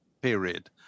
period